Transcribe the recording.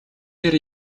дээр